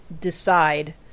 decide